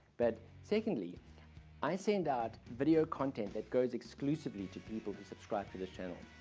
but secondly i seen that video content that goes exclusively to people who subscribe to the channel.